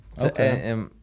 Okay